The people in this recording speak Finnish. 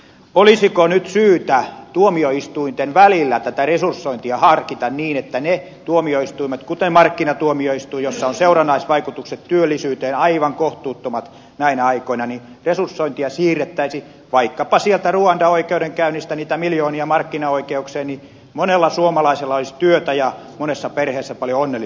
olisiko nyt syytä tuomioistuinten välillä tätä resursointia harkita niin että niissä tuomioistuimissa kuten markkinatuomioistuimessa jossa ovat seurannaisvai kutukset työllisyyteen aivan kohtuuttomat näinä aikoina resursointia siirrettäisiin vaikkapa sieltä ruanda oikeudenkäynnistä niitä miljoonia markkinaoikeuksia jolloin monella suomalaisella olisi työtä ja monessa perheessä paljon onnellisempi joulu